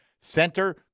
Center